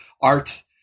art